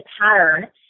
pattern